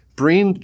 bring